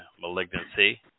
malignancy